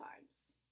times